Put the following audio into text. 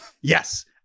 yes